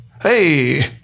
Hey